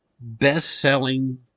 best-selling